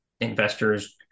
investors